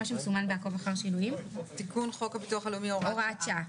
שמסומן ב"עקוב אחר שינויים" תיקון חוק הביטוח הלאומי הוראת שעה.